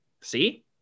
see